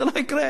זה לא יקרה.